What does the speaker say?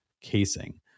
casing